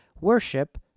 worship